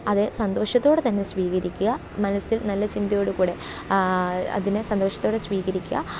അത് സന്തോഷത്തോടെ തന്നെ സ്വീകരിക്കുക മനസ്സില് നല്ല ചിന്തയോട് കൂടെ അതിനെ സന്തോഷത്തോടെ സ്വീകരിക്കുക